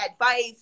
advice